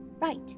Right